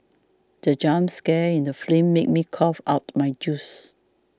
the jump scare in the film made me cough out my juice